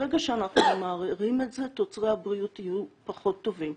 ברגע שאנחנו מערערים את זה תוצרי הבריאות יהיו פחות טובים.